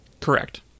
Correct